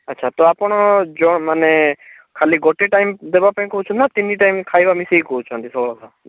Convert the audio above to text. ଆଚ୍ଛା ତ ଆପଣ ମାନେ ଖାଲି ଗୋଟେ ଟାଇମ୍ ଦେବାପାଇଁ କହୁଛନ୍ତି ନା ତିନି ଟାଇମ୍ ଖାଇବା ମିଶିକି କହୁଛନ୍ତି ଷୋଳଶହ